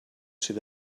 ser